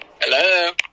Hello